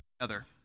together